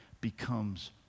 becomes